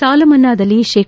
ಸಾಲಮನ್ನಾದಲ್ಲಿ ಶೇ